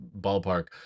ballpark